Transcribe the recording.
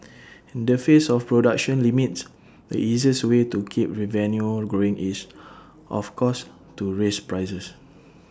in the face of production limits the easiest way to keep revenue growing is of course to raise prices